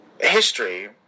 history